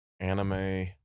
anime